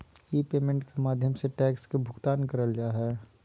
ई payment के माध्यम से टैक्स के भुगतान करल जा हय